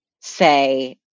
say